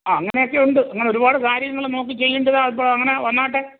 ആ അങ്ങനെയൊക്കെ ഉണ്ട് അങ്ങനെ ഒരുപാട് കാര്യങ്ങൾ നോക്കി ചെയ്യേണ്ടത് എപ്പളാ അങ്ങനെ വന്നാട്ടെ